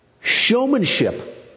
Showmanship